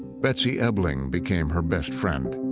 betsy ebeling became her best friend.